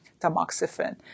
tamoxifen